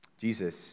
Jesus